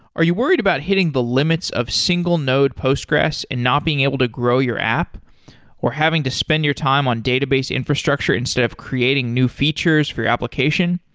are you worried about hitting the limits of single node postgres and not being able to grow your app or having to spend your time on database infrastructure instead of creating new features for you application?